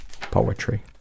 Poetry